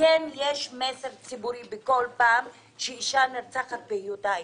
עדיין יש מסר ציבורי בכל פעם שאישה נרצחת בשל היותה אישה.